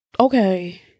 Okay